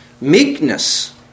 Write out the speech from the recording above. Meekness